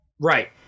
Right